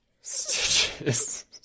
Stitches